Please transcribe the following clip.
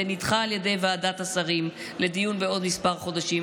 זה נדחה על ידי ועדת השרים לדיון בעוד כמה חודשים.